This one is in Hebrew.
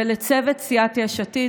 ולצוות סיעת יש עתיד,